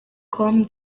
com